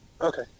okay